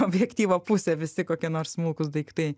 objektyvo pusę visi kokie nors smulkūs daiktai